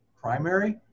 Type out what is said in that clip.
primary